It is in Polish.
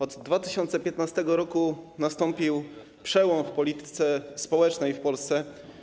Od 2015 r. nastąpił przełom w polityce społecznej w Polsce.